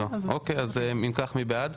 אוקי, אם כך מי בעד?